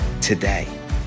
today